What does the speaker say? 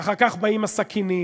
ואחר כך באים הסכינים.